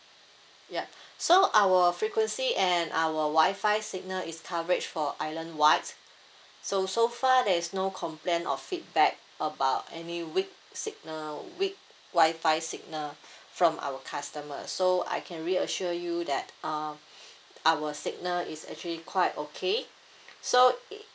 ya so our frequency and our wi-fi signal is coverage for islandwide so so far there's no complaint or feedback about any weak signal weak wi-fi signal from our customer so I can reassure you that uh our signal is actually quite okay so